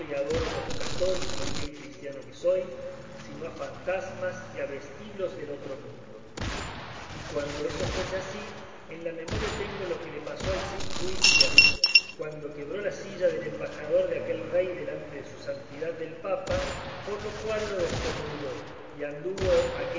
adoro como católico y fiel cristiano que soy sino a fantasmas y a vestiglos del otro mundo y cuando eso así fuese en la memoria tengo lo que le pasó al cid ruy díaz cuando quebró la silla del embajador de aquel rey delante de su santidad del papa por lo cual lo descomulgó y anduvo